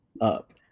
up